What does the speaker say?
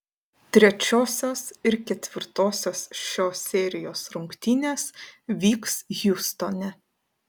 trečiosios ir ketvirtosios šios serijos rungtynės vyks hjustone